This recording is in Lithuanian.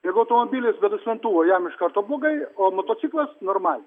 jeigu automobilis be duslintuvo jam iš karto blogai o motociklas normaliai